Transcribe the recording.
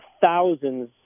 thousands